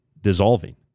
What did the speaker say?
dissolving